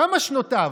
כמה שנותיו?